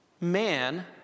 Man